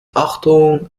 achtung